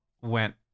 went